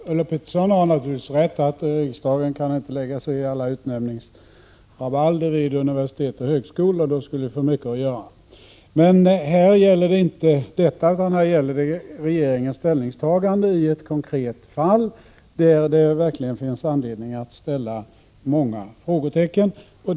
Herr talman! Ulla Pettersson har naturligtvis rätt i att riksdagen inte kan lägga sig i allt utnämningsrabalder vid universitet och högskolor — då skulle vi få mycket att göra. Men här gäller det inte detta utan regeringens Prot. 1986/87:127 ställningstagande i ett konkretfall, där det verkligen finns anledning att ställa 20 maj 1987 många frågor.